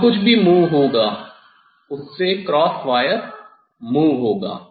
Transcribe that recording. यहां जो कुछ भी मूव होगा उससे क्रॉस वायर मूव होगा